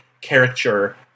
character